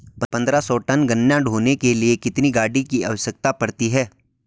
पन्द्रह सौ टन गन्ना ढोने के लिए कितनी गाड़ी की आवश्यकता पड़ती है?